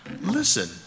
listen